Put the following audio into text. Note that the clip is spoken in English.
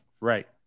Right